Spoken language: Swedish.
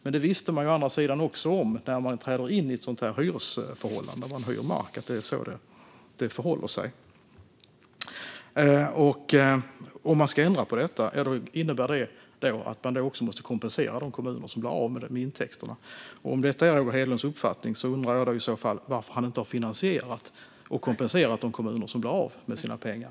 Men man visste å andra sidan när man trädde in i ett sådant hyresförhållande att det är så det förhåller sig. Att ändra på detta innebär också att man måste kompensera de kommuner som blir av med intäkterna. Om detta är Roger Hedlunds uppfattning undrar jag varför han inte har finansierat detta för att kompensera de kommuner som blir av med sina pengar.